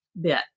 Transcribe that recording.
bit